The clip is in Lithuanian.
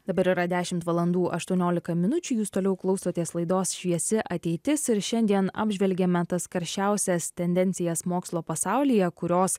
dabar yra dešimt valandų aštuoniolika minučių jūs toliau klausotės laidos šviesi ateitis ir šiandien apžvelgiame tas karščiausias tendencijas mokslo pasaulyje kurios